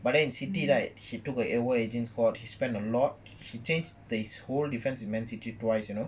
but then in city right he took over raging squad he spent a lot he changed his whole defence in man city twice you know